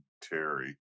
Terry